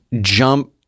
jump